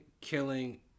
killing